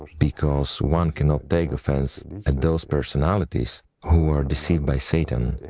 because one cannot take offense at those personalities who are deceived by satan,